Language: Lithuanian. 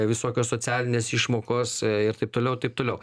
visokios socialinės išmokos ir taip toliau taip toliau